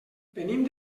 venim